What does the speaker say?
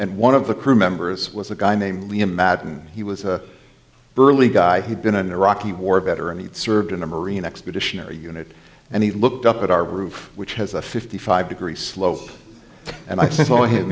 and one of the crew members was a guy named liam madden and he was a burly guy who'd been an iraqi war veteran who served in the marine expeditionary unit and he looked up at our roof which has a fifty five degree slope and i saw him